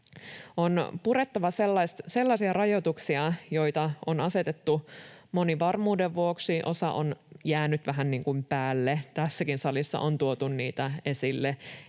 On purettava sellaisia rajoituksia, joita on asetettu — moni varmuuden vuoksi, osa on jäänyt vähän niin kuin päälle. Tässäkin salissa on tuotu niitä esille,